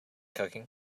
cooking